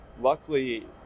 luckily